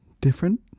Different